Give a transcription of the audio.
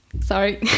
sorry